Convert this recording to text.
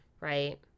right